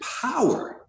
power